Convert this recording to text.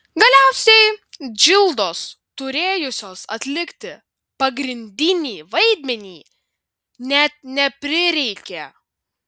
galiausiai džildos turėjusios atlikti pagrindinį vaidmenį net neprireikė